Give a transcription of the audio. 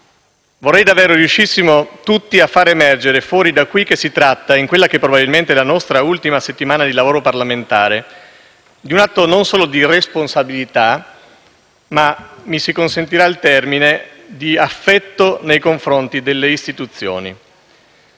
Vorrei davvero riuscissimo tutti a far emergere fuori da qui, in quella che probabilmente è la nostra ultima settimana di lavoro parlamentare, un atto, non solo di responsabilità ma - mi si consentirà il termine - di affetto nei confronti delle istituzioni.